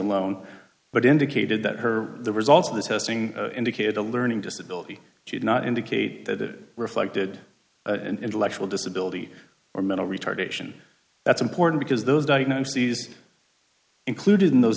alone but indicated that her the results of the testing indicated a learning disability she did not indicate that it reflected intellectual disability or mental retardation that's important because those diagnoses included in those